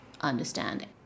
understanding